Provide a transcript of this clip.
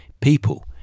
people